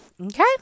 Okay